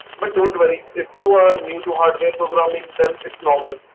but don't worry if you are new to hardware programming then its normal.